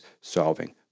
solving